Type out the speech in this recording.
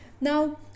now